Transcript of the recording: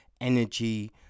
energy